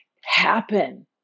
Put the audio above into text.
happen